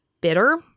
bitter